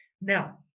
Now